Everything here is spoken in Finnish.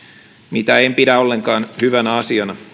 mitä en pidä ollenkaan hyvänä asiana